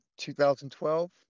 2012